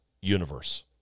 universe